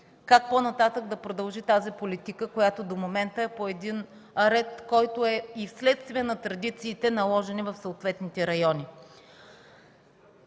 как по-нататък да продължи тази политика, която до момента е по един ред, който е и следствие на традициите, наложени в съответните райони.